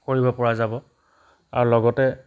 কৰিবপৰা যাব আৰু লগতে